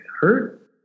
hurt